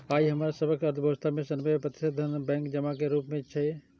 आइ हमरा सभक अर्थव्यवस्था मे सत्तानबे प्रतिशत धन बैंक जमा के रूप मे छै